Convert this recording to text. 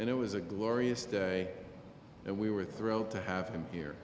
and it was a glorious day and we were thrilled to have him here